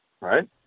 right